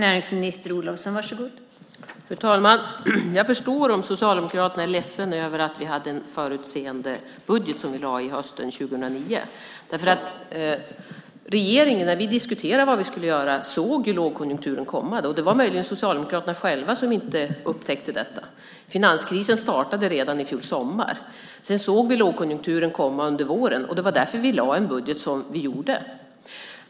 Fru talman! Jag förstår om Socialdemokraterna är ledsna över att vi hade en förutseende budget som vi lade fram hösten 2009. När vi i regeringen diskuterade vad vi skulle göra såg vi lågkonjunkturen komma. Det var möjligen Socialdemokraterna själva som inte upptäckte detta. Finanskrisen startade redan i fjol sommar. Sedan såg vi lågkonjunkturen komma under våren. Det var därför vi lade fram den budget vi gjorde.